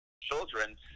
children